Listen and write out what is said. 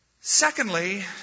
Secondly